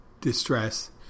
distress